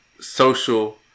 social